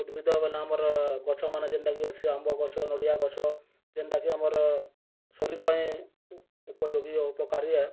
ଉଦ୍ଭିଦ ବେଲେ ଆମର୍ ଗଛ ମାନେ ଯେନ୍ଟାକି ଅଛେ ଆମ୍ବ ଗଛ ନଡ଼ିଆ ଗଛ ଯେନ୍ଟାକି ଆମର୍ ଶରୀର୍ ପାଇଁ ଉପଯୋଗୀ ଆଉ ଉପକାରୀ ଆଏ